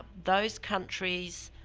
those countries,